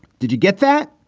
did you get that?